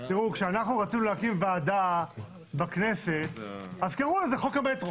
כשאנחנו רצינו להקים ועדה בכנסת אז קראו לזה חוק המטרו.